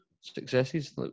successes